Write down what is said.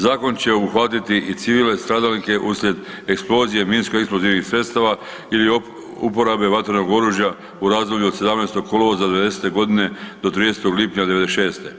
Zakon će obuhvatiti i civile stradalnike uslijed eksplozije minsko eksplozivnih sredstava ili uporabe vatrenog oružja u razdoblju od 17. kolovoza '90. godine do 30. lipnja '96.